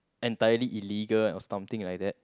entirely illegal or something like that